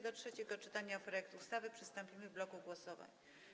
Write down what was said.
Do trzeciego czytania projektu ustawy przystąpimy w bloku głosowań.